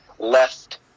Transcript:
left